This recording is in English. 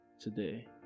today